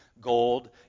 gold